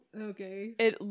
Okay